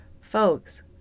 Folks